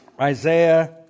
Isaiah